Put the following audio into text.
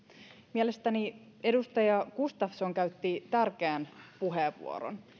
mielestäni edustaja gustafsson käytti tärkeän puheenvuoron